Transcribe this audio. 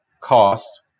cost